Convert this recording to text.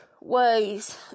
ways